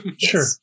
Sure